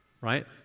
right